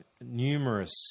numerous